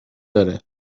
داره